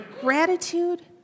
gratitude